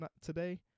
today